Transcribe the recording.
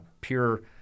pure